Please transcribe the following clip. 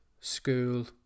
school